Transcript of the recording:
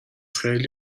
خیلی